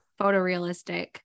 photorealistic